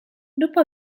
dopo